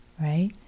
right